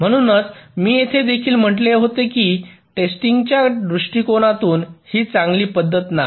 म्हणूनच मी हे देखील म्हटले होते की टेस्टिंगच्या दृष्टीकोनातून ही चांगली पद्धत नाही